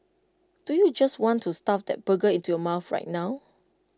don't you just want to stuff that burger into your mouth right now